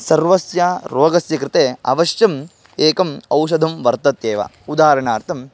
सर्वस्य रोगस्य कृते अवश्यम् एकम् औषधं वर्तत्येव उदारणार्थं